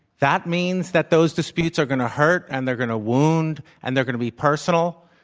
that means that those disputes are going to hurt, and they're going to wound, and they're going to be personal.